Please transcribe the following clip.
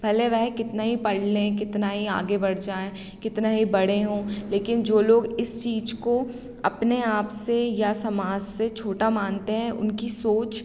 भले वह कितना ही पढ़लें कितना ही आगे बढ़ जाएँ कितने ही बड़े हों लेकिन जो लोग इस चीज़ को अपने आप से या समाज से छोटा मानते हैं उनकी सोच